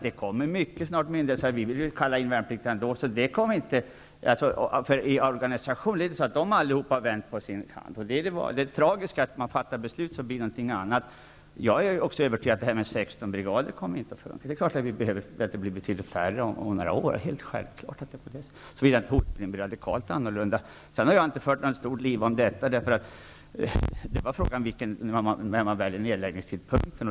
Det kommer myndigheter som säger: ''Vi vill kalla in värnpliktiga ändå.'' För det är inte säkert att alla har vänt på sin kant. Det är tragiskt att man fattar beslut men att det sedan blir någonting annat. Jag är också övertygad om att det inte kommer att behövas 16 brigader. Naturligtvis kommer vi att behöva betydligt färre om några år, såvida hotbilden inte blir radikalt annorlunda. Men jag har inte fört något stort liv om detta. Frågan var vilken tidpunkt för nedläggningen man väljer.